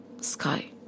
sky